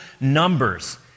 numbers